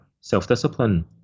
self-discipline